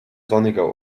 sonniger